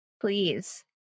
Please